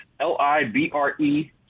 l-i-b-r-e